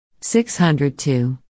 602